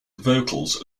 vocals